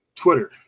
Twitter